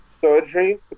surgery